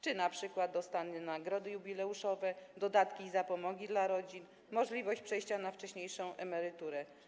Czy np. dostaną nagrody jubileuszowe, dodatki i zapomogi dla rodzin, czy będą mieli możliwość przejścia na wcześniejszą emeryturę?